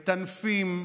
מטנפים,